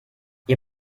ihr